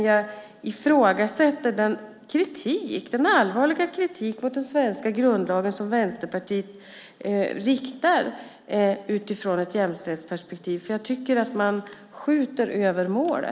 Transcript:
Jag ifrågasätter den allvarliga kritik mot den svenska grundlagen som Vänsterpartiet riktar utifrån ett jämställdhetsperspektiv. Jag tycker att man skjuter över målet.